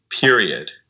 Period